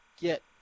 get